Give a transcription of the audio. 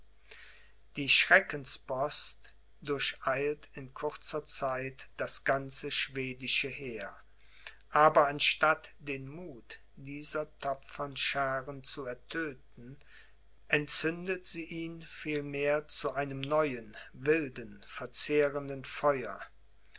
die schreckenspost durcheilt in kurzer zeit das ganze schwedische heer aber anstatt den muth dieser tapfern schaaren zu ertödten entzündet sie ihn vielmehr zu einem neuen wilden verzehrenden feuer